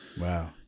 Wow